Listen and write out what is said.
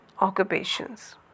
occupations